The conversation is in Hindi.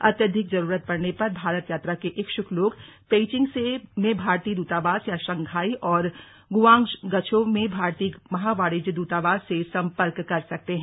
अत्यधिक जरूरत पड़ने पर भारत यात्रा के इच्छुक लोग पेइचिंग में भारतीय द्रतावास या शंघाई और गुआंगझो में भारतीय महावाणिज्य द्रतावास से सम्पर्क कर सकते हैं